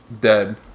dead